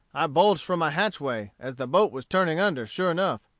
i bulged for my hatchway, as the boat was turning under sure enough.